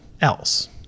else